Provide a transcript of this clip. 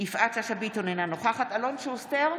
יפעת שאשא ביטון, אינה נוכחת אלון שוסטר,